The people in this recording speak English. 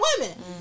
women